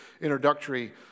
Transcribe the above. introductory